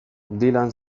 dylan